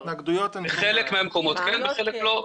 בחלק מהמקומות כן ובחלק לא.